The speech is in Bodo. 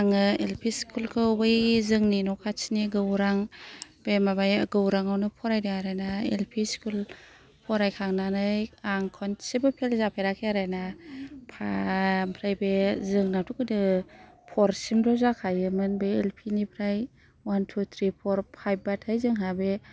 आङो एल पि स्कुल खौ बै जोंनि न' खाथिनि गौरां बे माया गौराङावनो फरायदों आरो ना एल पि स्कुल फरायखांनानै आं खनसेबो फेल जाफेराखै आरो ना फा ओमफ्राय बे जोंनाथ' गोदो फर सिमल' जाखायोमोन बे एल पिनिफ्राय one two three four five बाथाय जोंहा बे